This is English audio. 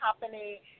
company